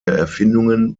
erfindungen